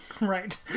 Right